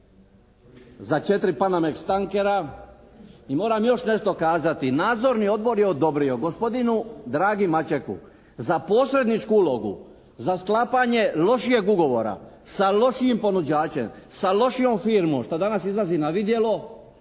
za četiri panameks tankera i moram još nešto kazati. Nadzorni odbor je odobrio gospodinu Dragi Mačeku za posredničku ulogu za sklapanje lošijeg ugovora sa lošijim ponuđačem, sa lošijom firmom što danas izlazi na vidjelo